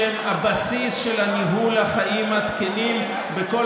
שהן הבסיס של ניהול החיים התקינים בכל